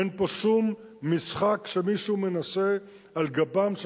אין פה שום משחק שמישהו מנסה על גבם של